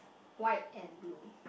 white and blue